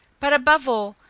but above all,